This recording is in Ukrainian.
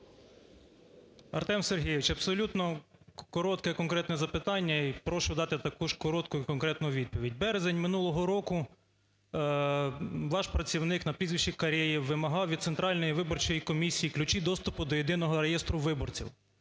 Артем Сергійович, абсолютно коротке, конкретне запитання і прошу дати таку ж коротку і конкретну відповідь. Березень минулого року ваш працівник на прізвище Карєєв вимагав від Центральної виборчої комісії ключі доступу до Єдиного реєстру виборців.